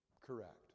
Correct